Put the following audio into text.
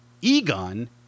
Egon